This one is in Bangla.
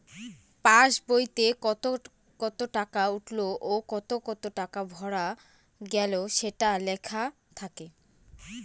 পাস বইতে কত কত টাকা উঠলো ও কত কত টাকা ভরা গেলো সেটা লেখা থাকে